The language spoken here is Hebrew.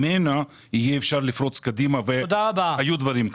וממנו ניתן יהיה לפרוץ קדימה כי כבר היו מקרים כאלה.